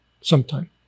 sometime